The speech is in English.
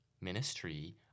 ministry